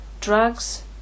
Drugs